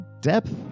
depth